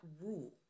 rule